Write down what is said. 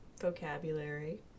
vocabulary